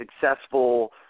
successful